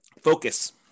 Focus